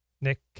nick